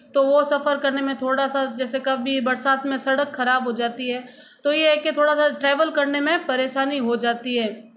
तो वो सफर करने में थोड़ा सा जैसे कभी बरसात में सड़क ख़राब हो जाती है तो ये है की थोड़ा सा ट्रैवल करने में परेशानी हो जाती है